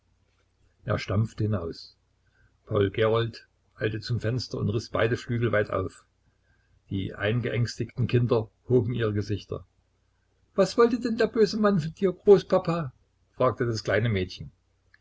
er stampfte hinaus paul gerold eilte zum fenster und riß beide flügel weit auf die eingeängstigten kinder hoben ihre gesichter was wollte denn der böse mann von dir großpapa fragte das kleine mädchen